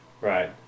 Right